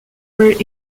were